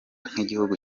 nk’igihugu